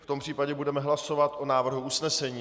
V tom případě budeme hlasovat o návrhu usnesení.